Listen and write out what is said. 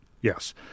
Yes